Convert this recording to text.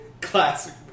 Classic